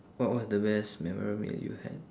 what was the best memorable meal you had